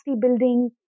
building